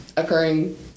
occurring